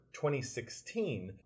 2016